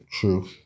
True